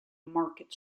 market